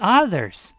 others